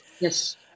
yes